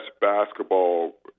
basketball